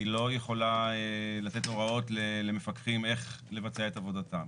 היא לא יכולה לתת הוראות למפקחים איך לבצע את עבודתם.